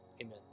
amen